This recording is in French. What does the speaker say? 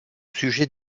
sujet